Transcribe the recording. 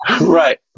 Right